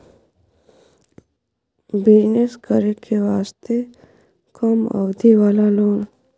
Business करे वास्ते कम अवधि वाला लोन?